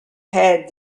had